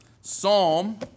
Psalm